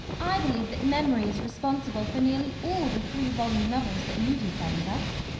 i believe that memory is responsible for nearly all the three-volume novels that mudie sends us.